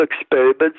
experiments